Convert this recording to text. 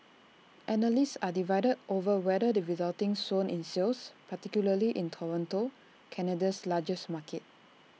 analysts are divided over whether the resulting swoon in sales particularly in Toronto Canada's largest market